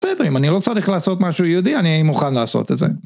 בסדר, אם אני לא צריך לעשות משהו יהודי, אני מוכן לעשות את זה.